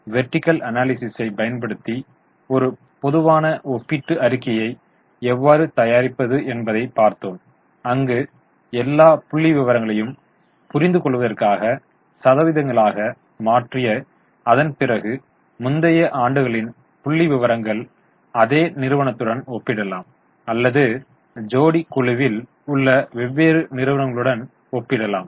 vertical அனாலிசிஸை பயன்படுத்தி ஒரு பொதுவான ஒப்பீட்டு அறிக்கையை எவ்வாறு தயாரிப்பது என்பதை பார்த்தோம் அங்கு எல்லா புள்ளிவிவரங்களையும் புரிந்துகொள்வதற்காக சதவீதங்களாக மாற்றி அதன்பிறகு முந்தைய ஆண்டுகளின் புள்ளிவிவரங்கள் அதே நிறுவனத்துடன் ஒப்பிடலாம் அல்லது ஜோடி குழுவில் உள்ள வெவ்வேறு நிறுவனங்களுடன் ஒப்பிடலாம்